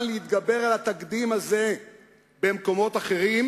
להתגבר על התקדים הזה במקומות אחרים,